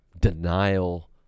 denial